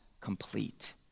complete